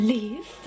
Leave